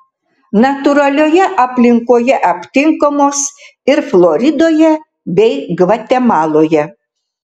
natūralioje aplinkoje aptinkamos ir floridoje bei gvatemaloje